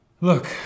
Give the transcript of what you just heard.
Look